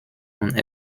und